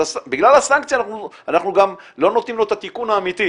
בגלל הסנקציה אנחנו לא נותנים לו את התיקון האמיתי,